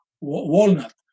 walnut